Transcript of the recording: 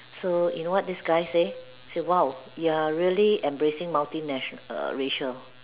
so you know what this guy say he say !wow! you are really embracing multi nat~ err racial